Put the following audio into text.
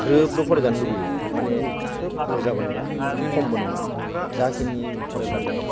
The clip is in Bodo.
ग्रोबल' फरायजानो लुबैयो माने खोब बुरजाबो नङा खमबो नङा जाखिनि फरायब्लाथाय